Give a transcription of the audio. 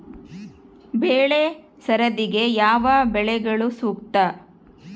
ಬೆಳೆ ಸರದಿಗೆ ಯಾವ ಬೆಳೆಗಳು ಸೂಕ್ತ?